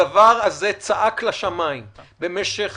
הדבר הזה צעק לשמיים במשך